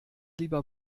lieber